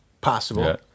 possible